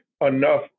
enough